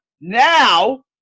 Now